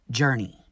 journey